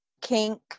kink